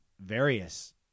various